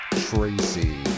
Tracy